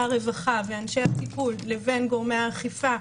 הרווחה ואנשי הטיפול לבין גורמי האכיפה,